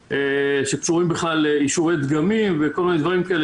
שקשורים לאישורי דגמים וכל מיני דברים כאלה,